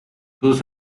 todos